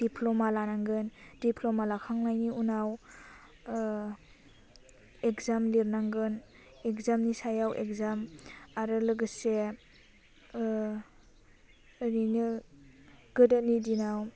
diploma लानांगोन diploma लाखांनायनि उनाव इक्जाम लिरनांगोन इक्जामनि सायाव इक्जाम आरो लोगोसे ओरैनो गोदोनि दिनाव